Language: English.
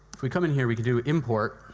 if we come in here, we can do import.